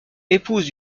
épouse